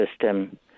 system